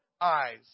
eyes